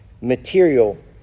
material